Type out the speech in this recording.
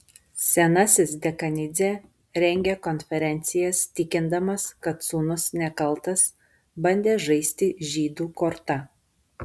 senasis dekanidzė rengė konferencijas tikindamas kad sūnus nekaltas bandė žaisti žydų korta